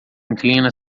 inclina